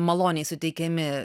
maloniai suteikiami